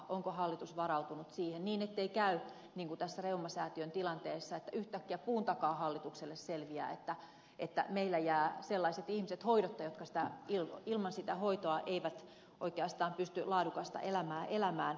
onko hallitus varautunut siihen niin ettei käy niin kuin tässä reumasäätiön tilanteessa että yhtäkkiä puun takaa hallitukselle selviää että meillä jäävät sellaiset ihmiset hoidotta jotka ilman sitä hoitoa eivät oikeastaan pysty laadukasta elämää elämään